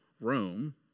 Rome